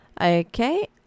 Okay